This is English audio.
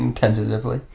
and tentatively.